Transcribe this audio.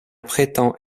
prétend